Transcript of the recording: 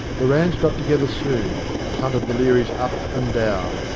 the ranns got together soon, and hunted the learys up and down,